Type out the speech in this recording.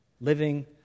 living